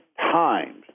times